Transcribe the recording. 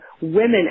women